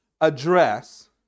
address